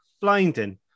blinding